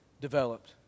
developed